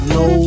no